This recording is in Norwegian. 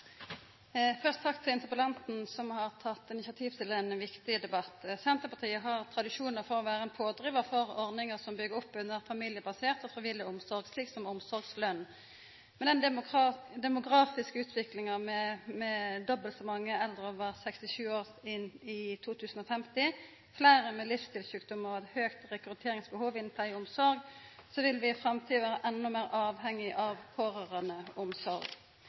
Først takk til interpellanten som har teke initiativ til ein viktig debatt. Senterpartiet har tradisjonar for å vera ein pådrivar for ordningar som byggjer opp under familiebasert og frivillig omsorg, slik som omsorgsløn. Med den demografiske utviklinga, med dobbelt så mange over 67 år i 2050, fleire med livsstilsjukdomar og eit høgt rekrutteringsbehov innan pleie og omsorg, vil vi i framtida vera endå meir avhengige av